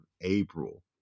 april